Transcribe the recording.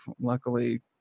luckily